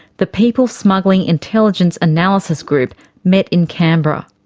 the people smuggling intelligence analysis group met in canberra.